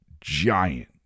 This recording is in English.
giant